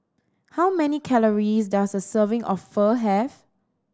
how many calories does a serving of Pho have